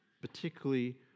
particularly